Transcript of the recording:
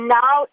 now